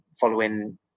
following